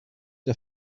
der